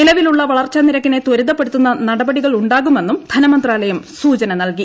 നിലവിലുള്ള വളർച്ചാ നിരക്കിനെ ത്വരിതപ്പെടുത്തുന്ന നടപടികൾ ഉണ്ടാകുമെന്നും ധനമന്ത്രാലയം സൂചന നൽകി